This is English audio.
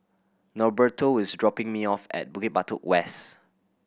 Norberto is dropping me off at Bukit Batok West